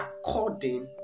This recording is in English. according